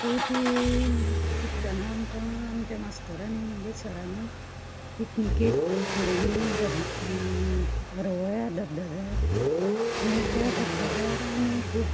चवथी शिकतना आमकां आमच्या मास्तरांनी म्हणजे सरांनी पिकनिकेक येल्ली धब हरवळ्या धबधब्यार थंय त्या धबधब्यार आमी